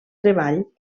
treball